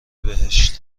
بهشت